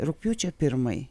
rugpjūčio pirmai